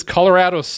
Colorado